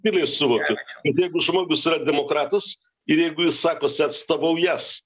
jinai suvokia bet jeigu žmogus yra demokratus ir jeigu jis sakosi atstovaująs